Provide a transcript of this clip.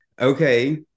Okay